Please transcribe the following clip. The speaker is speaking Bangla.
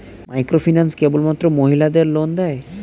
মাইক্রোফিন্যান্স কেবলমাত্র মহিলাদের লোন দেয়?